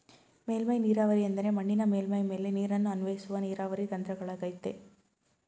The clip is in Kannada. ಮೇಲ್ಮೈ ನೀರಾವರಿ ಎಂದರೆ ಮಣ್ಣಿನ ಮೇಲ್ಮೈ ಮೇಲೆ ನೀರನ್ನು ಅನ್ವಯಿಸುವ ನೀರಾವರಿ ತಂತ್ರಗಳಗಯ್ತೆ